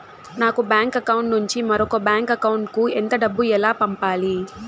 ఒక bank account నుంచి మరొక బ్యాంకు అకౌంట్ కు ఎంత డబ్బు ఎలా పంపాలి